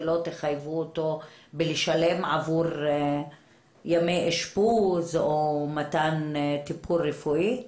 ולא תחייבו אותו לשלם עבור ימי אשפוז או מתן טיפול רפואי?